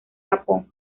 japón